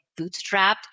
bootstrapped